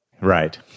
Right